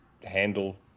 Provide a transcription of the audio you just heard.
handle